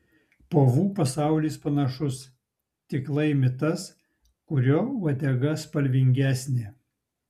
povų pasaulis panašus tik laimi tas kurio uodega spalvingesnė